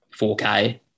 4K